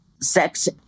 sex